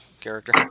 character